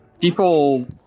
people